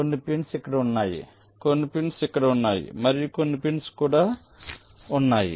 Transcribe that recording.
కొన్ని పిన్స్ ఇక్కడ ఉన్నాయి కొన్ని పిన్స్ ఇక్కడ ఉన్నాయి మరియు కొన్ని పిన్స్ కూడా ఇక్కడ ఉన్నాయి